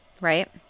Right